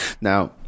Now